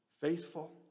faithful